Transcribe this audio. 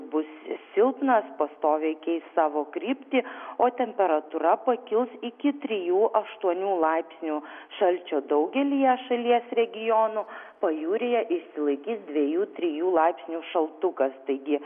bus silpnas pastoviai keis savo kryptį o temperatūra pakils iki trijų aštuonių laipsnių šalčio daugelyje šalies regionų pajūryje išsilaikys dviejų trijų laipsnių šaltukas taigi